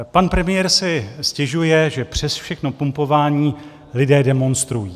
Pan premiér si stěžuje, že přes všechno pumpování lidé demonstrují.